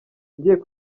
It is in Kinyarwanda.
ngiye